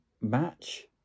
match